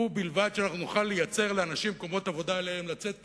ובלבד שנוכל לייצר לאנשים מקומות עבודה לצאת אליהם,